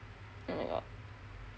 oh my god